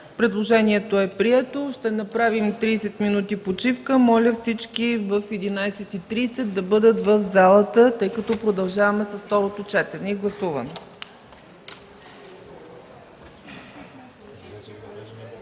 Предложението е прието. Ще направим 30 минути почивка. Моля всички в 11,30 ч. да бъдат в залата, тъй като продължаваме с второто четене и гласуване.